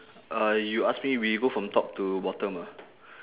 uh you ask me we go from top to bottom ah